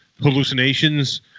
hallucinations